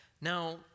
Now